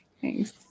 Thanks